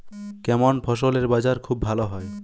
কেমন ফসলের বাজার খুব ভালো হয়?